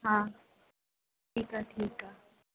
हा ठीकु आहे ठीकु आहे